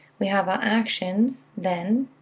we have our actions then,